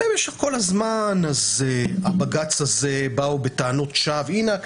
במשך כל הזמן הבג"ץ הזה באו בטענות שווא: הנה,